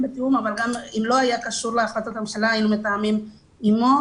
בתיאום אבל גם אם לא היה קשור להחלטת הממשלה היינו מתאמים אתו,